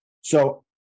So-